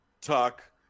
Tuck